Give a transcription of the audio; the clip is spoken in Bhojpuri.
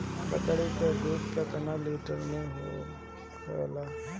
बकड़ी के दूध केतना रुपया लीटर होखेला?